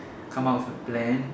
come up with a plan